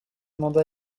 mandat